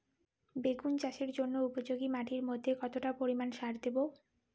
বেগুন চাষের জন্য উপযোগী মাটির মধ্যে কতটা পরিমান সার দেব?